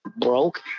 broke